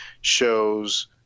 shows